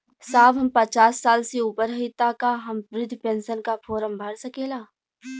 साहब हम पचास साल से ऊपर हई ताका हम बृध पेंसन का फोरम भर सकेला?